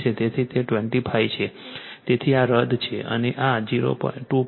તેથી તે 25 છે તેથી આ રદ છે અને આ 2